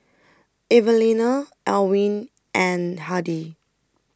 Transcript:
Evalena Elwin and Hardie